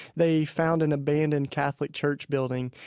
they found an abandoned catholic church building,